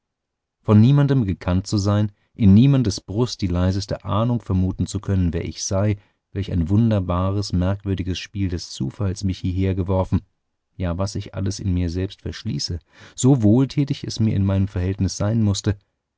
von niemanden gekannt zu sein in niemandes brust die leiseste ahnung vermuten zu können wer ich sei welch ein wunderbares merkwürdiges spiel des zufalls mich hieher geworfen ja was ich alles in mir selbst verschließe so wohltätig es mir in meinem verhältnis sein mußte